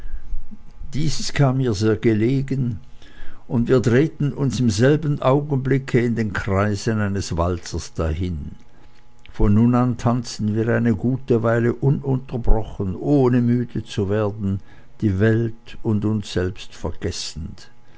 dieses kam mir sehr gelegen und wir drehten uns im selben augenblicke in den kreisen eines walzers dahin von nun an tanzten wir eine gute weile ununterbrochen ohne müde zu wer den die welt und uns selbst vergessend